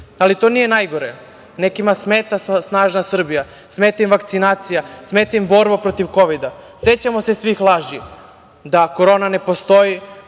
nije najgore, nekima smeta snažna Srbija, smeta im vakcinacija, smeta im borba protiv kovida. Sećamo se svih laži da korona ne postoji,